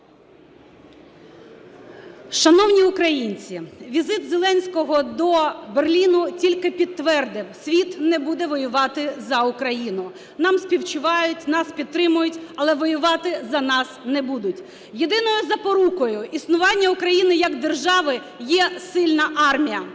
Шановні українці, візит Зеленського до Берліна тільки підтвердив: світ не буде воювати за Україну. Нам співчувають, нас підтримують, але воювати за нас не будуть. Єдиною запорукою існування України як держави є сильна армія.